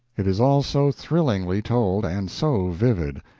it is all so thrillingly told and so vivid.